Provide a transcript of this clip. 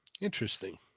Interesting